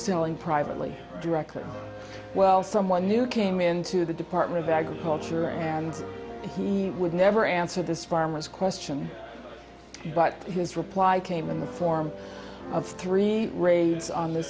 selling privately directly well someone new came into the department of agriculture and he would never answer this farmers question but his reply came in the form of three raids on th